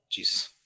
Jeez